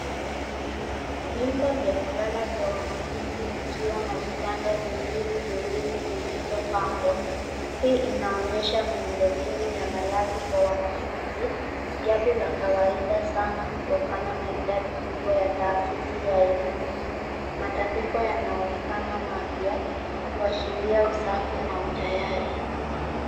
Vyumba vya kulala vya wanafunzi vikiwa na vitanda viwili viwili vilivyopangwa. Hii inaonyesha miundo mbinu ya malazi kwa wanafunzi, jambo la kawaida sana kutokana na idadi kubwa ya taasisi ya elimu .Matandiko yanaonekana mapya, kuashiria usafi na utayari.